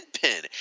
pin